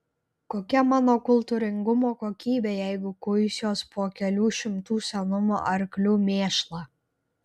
kokia mano kultūringumo kokybė jeigu kuisiuos po kelių šimtų senumo arklių mėšlą